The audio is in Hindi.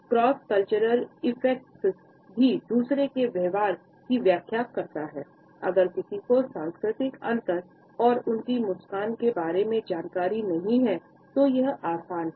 क्रॉस कल्चरल इफेक्ट्स भी दूसरे के व्यवहार की व्याख्या करता हैं अगर किसी को सांस्कृतिक अंतर और उनकी मुस्कान के बारे में जानकारी नहीं है तो यह आसान है